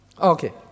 Okay